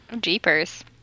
Jeepers